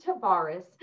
Tavares